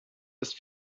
ist